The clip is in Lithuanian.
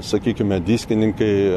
sakykime diskininkai